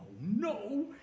no